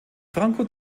franco